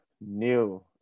new